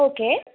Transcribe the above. okay